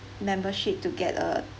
membership to get a